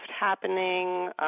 happening